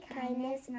kindness